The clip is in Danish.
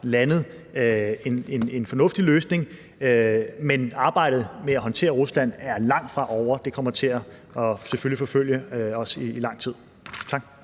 landet, en fornuftig løsning, men arbejdet med at håndtere Rusland er langtfra ovre. Det kommer selvfølgelig til at forfølge os i lang tid. Tak.